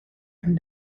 and